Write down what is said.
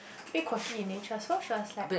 a bit quirky in nature so she was like